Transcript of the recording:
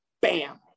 Bam